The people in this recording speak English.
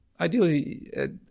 Ideally